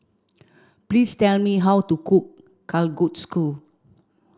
please tell me how to cook Kalguksu